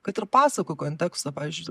kad ir pasakų konteksto pavyzdžiui